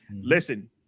Listen